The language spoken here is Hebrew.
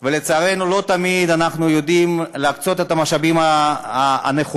ולצערנו לא תמיד אנחנו יודעים להקצות את המשאבים הנכונים.